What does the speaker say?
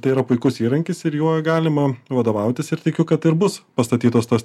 tai yra puikus įrankis ir juo galima vadovautis ir tikiu kad ir bus pastatytos tos